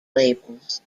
labels